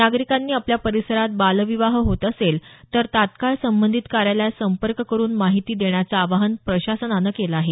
नागरिकांनी आपल्या परिसरात बालविवाह होत असेल तर तत्काळ संबधीत कार्यालयास संपर्क करून माहिती देण्याचं आवाहन प्रशासनानं केलं आहे